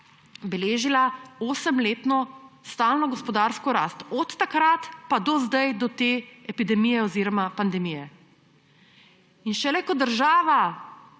beležila osemletno stalno gospodarsko rast. Od takrat pa do zdaj, do te epidemije oziroma pandemije. In šele ko država